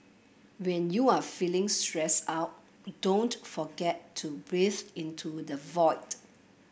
when you are feeling stressed out don't forget to breathe into the void